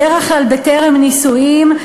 בדרך כלל בטרם נישואים,